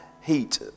heat